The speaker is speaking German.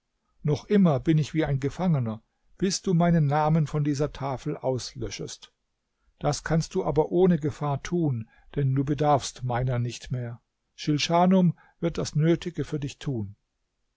noch immer bin ich wie ein gefangener bis du meinen namen von dieser tafel auslöschest das kannst du aber ohne gefahr tun denn du bedarfst meiner nicht mehr schilschanum wird das nötige für dich tun